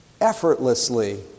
effortlessly